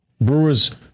Brewers